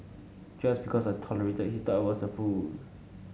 just because I tolerated he thought I was a fool